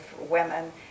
women